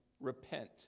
Repent